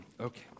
Okay